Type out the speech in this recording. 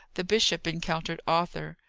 the bishop encountered arthur.